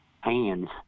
hands